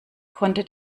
konnte